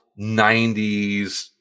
90s